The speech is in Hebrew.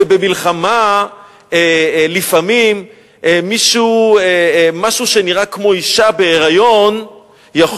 ובמלחמה לפעמים משהו שנראה כמו אשה בהיריון יכול